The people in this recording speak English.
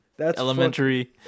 elementary